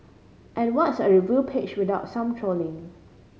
and what's a review page without some trolling